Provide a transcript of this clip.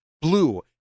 blue